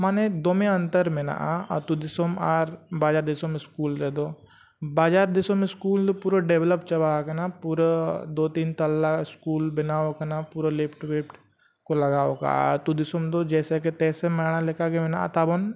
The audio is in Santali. ᱢᱟᱱᱮ ᱫᱚᱢᱮ ᱚᱱᱛᱚᱨ ᱢᱮᱱᱟᱜᱼᱟ ᱟᱹᱛᱩ ᱫᱤᱥᱚᱢ ᱟᱨ ᱵᱟᱡᱟᱨ ᱫᱤᱥᱚᱢ ᱨᱮᱫᱚ ᱵᱟᱡᱟᱨ ᱫᱤᱥᱚᱢ ᱫᱚ ᱯᱩᱨᱟᱹ ᱪᱟᱵᱟ ᱟᱠᱟᱱᱟ ᱯᱩᱨᱟᱹ ᱫᱩ ᱛᱤᱱ ᱛᱟᱞᱟ ᱵᱮᱱᱟᱣ ᱟᱠᱟᱱᱟ ᱯᱩᱨᱟᱹ ᱠᱚ ᱞᱟᱜᱟᱣ ᱟᱠᱟᱫᱼᱟ ᱟᱹᱛᱩᱼᱫᱤᱥᱚᱢ ᱫᱚ ᱡᱮᱭᱥᱮ ᱠᱤ ᱛᱮᱭᱥᱮ ᱢᱟᱲᱟᱝ ᱞᱮᱠᱟᱜᱮ ᱢᱮᱱᱟᱜᱼᱟ ᱛᱟᱵᱚᱱ